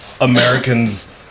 americans